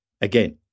Again